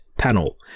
panel